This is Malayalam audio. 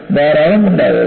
ധാരാളം ഉണ്ടാകരുത്